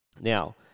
Now